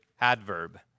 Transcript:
adverb